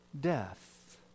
death